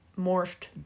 morphed